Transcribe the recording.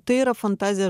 tai yra fantaziją